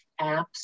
apps